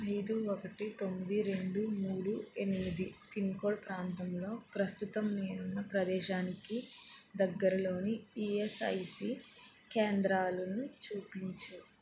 ఐదు ఒకటి తొమ్మిది రెండు మూడు ఎనిమిది పిన్కోడ్ ప్రాంతంలో ప్రస్తుతం నేనున్న ప్రదేశానికి దగ్గరలోని ఈఎస్ఐసి కేంద్రాలును చూపించు